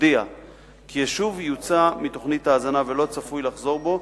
יודיע כי יישוב יוצא מתוכנית ההזנה ולא צפוי שיחזור בו,